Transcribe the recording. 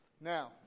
Now